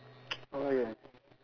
oh ya